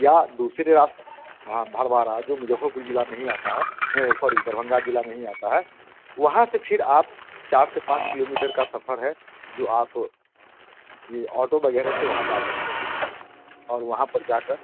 या दूसरे रास्ते वहाँ भड़बारा जो मुजफ़्फ़रपुर ज़िले में ही आता है सॉरी दरभंगा ज़िले में ही आता है वहाँ से फिर आप चार से पाँच किलोमीटर का सफ़र है जो आप ऑटो वग़ैरह से वहाँ जा सकते हैं और वहाँ पर जा कर